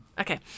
Okay